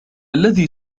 الذي